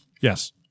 Yes